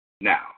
Now